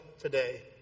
today